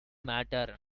matter